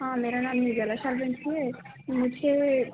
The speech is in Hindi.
हाँ मेरा नाम निर्जला है मुझे